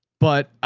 but